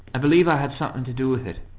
i believe i had something to do with it.